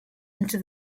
into